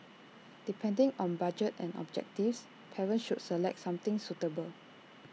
depending on budget and objectives parents should select something suitable